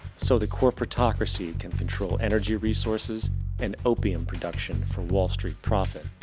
so the corporatocracy can control energy resources and opium production for wall st. profit.